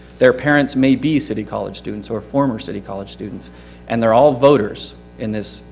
their parents may be city college students or former city college students and they're all voters in this,